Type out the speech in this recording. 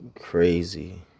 crazy